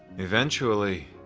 eventually,